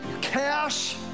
cash